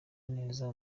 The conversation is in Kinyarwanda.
neza